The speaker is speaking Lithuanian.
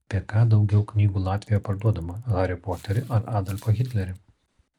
apie ką daugiau knygų latvijoje parduodama harį poterį ar adolfą hitlerį